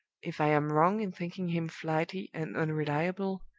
if i am wrong in thinking him flighty and unreliable,